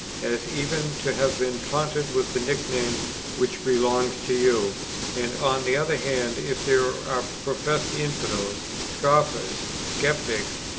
as even to have been taunted with the nicknames which belong to you and, on the other hand, if there are professed infidels, scoffers, sceptics,